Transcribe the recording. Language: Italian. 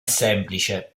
semplice